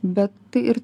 bet tai ir